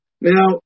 Now